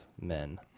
men